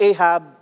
Ahab